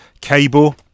cable